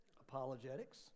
apologetics